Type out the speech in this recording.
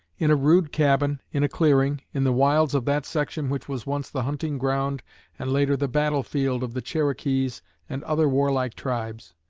in a rude cabin in a clearing, in the wilds of that section which was once the hunting-ground and later the battle-field of the cherokees and other war-like tribes,